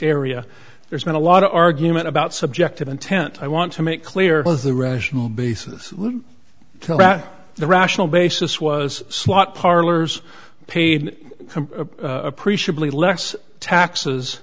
area there's been a lot of argument about subjective intent i want to make clear the rational basis the rational basis was slot parlors paid appreciably less taxes